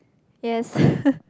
yes